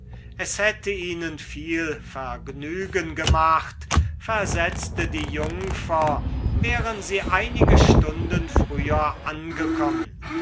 es hätte ihnen viel vergnügen gemacht versetzte die jungfer wären sie einige stunden früher angekommen